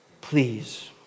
please